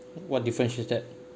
what differentiates that